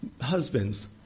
Husbands